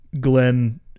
Glenn